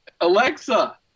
Alexa